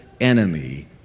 enemy